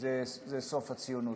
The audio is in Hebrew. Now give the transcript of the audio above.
זה סוף הציונות.